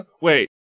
Wait